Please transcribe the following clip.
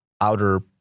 outer